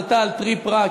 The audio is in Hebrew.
עלתה על טריפ רע,